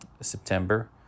September